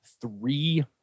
three